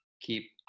keep